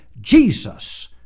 Jesus